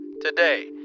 today